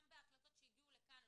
גם בהקלטות שהגיעו לכאן,